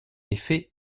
effet